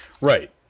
Right